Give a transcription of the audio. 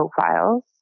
profiles